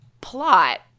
plot